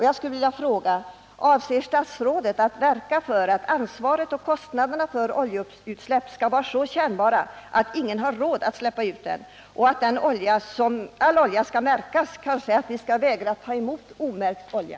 Jag skulle vilja fråga: Avser statsrådet att verka för att ansvaret och kostnaderna för oljeutsläpp skall vara så kännbara att ingen har råd att släppa ut olja, att olja skall märkas och att vi skall vägra att ta emot omärkt olja?